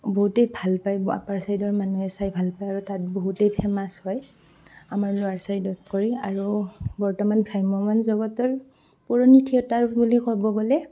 বহুতেই ভাল পায় আপাৰ ছাইডৰ মানুহে চাই ভাল পায় আৰু তাত বহুতেই ফেমাছ হয় আমাৰ ল'ৱাৰ ছাইডতকৈ আৰু বৰ্তমান ভ্ৰাম্যমাণ জগতৰ পুৰণি থিয়েটাৰ বুলি ক'ব গ'লে